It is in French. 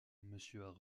monsieur